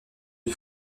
une